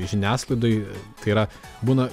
žiniasklaidoj tai yra būna